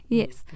yes